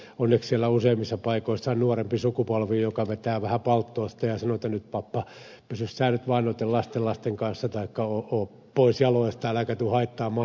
onneksi siellä on useimmissa paikoissa nuorempi sukupolvi joka vetää vähän palttoosta ja sanoo että nyt pappa pysy sinä nyt vaan noitten lastenlasten kanssa taikka ole poissa jaloista äläkä tule haittaamaan työntekoa